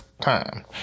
time